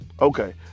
Okay